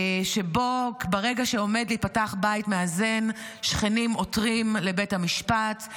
שבו ברגע שעומד להיפתח בית מאזן שכנים עותרים לבית המשפט,